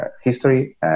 history